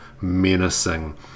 menacing